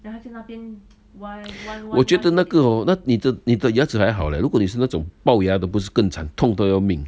我我觉得 hor 那个哦那你你的牙齿还好 leh 如果你是那种龅牙的不是更惨痛到要命